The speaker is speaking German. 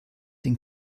den